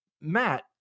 Matt